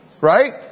Right